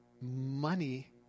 money